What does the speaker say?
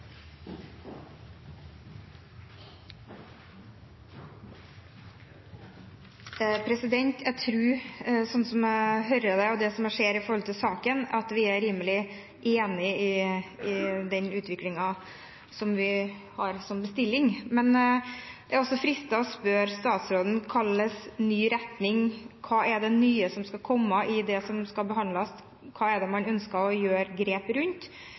Jeg tror – slik jeg hører det, og det jeg ser ut fra saken – at vi er rimelig enige om den utviklingen vi har som bestilling, men det er fristende å spørre statsråden: Hva er det nye som skal komme i det som skal behandles? Hva er det man ønsker å ta grep